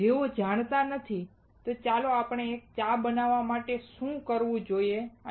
જેઓ જાણતા નથી ચાલો જોઈએ કે આપણે ચા બનાવવા માટે શું જોઈએ છે